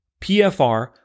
PFR